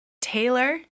taylor